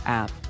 app